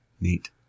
neat